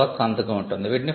ఆ తర్వాత సంతకం ఉంటుంది